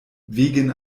wegen